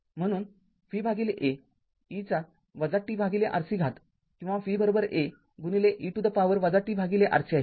म्हणून vA e चा tRC घात किंवा v A e to the power tRC आहे